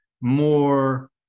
more